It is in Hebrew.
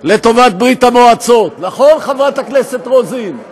לטובת ברית המועצות, נכון, חברת הכנסת רוזין?